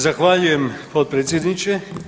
Zahvaljujem potpredsjedniče.